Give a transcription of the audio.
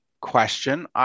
question